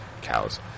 cows